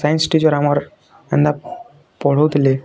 science teacher ଆମର ଏନ୍ତା ପଢ଼ାଉଥିଲେ